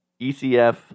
ECF